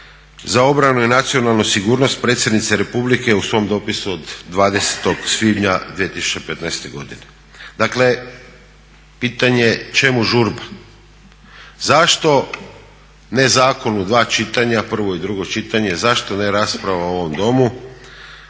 za obranu i nacionalnu sigurnost predsjednice Republike u svom dopisu od 20.svibnja 2015.godine. Dakle pitanje čemu žurba? Zašto ne zakon u dva čitanja, prvo i drugo čitanje, zašto ne rasprava u ovom Domu,